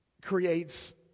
creates